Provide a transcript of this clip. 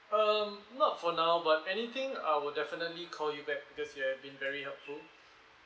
um not for now but anything I will definitely call you back because you've been very helpful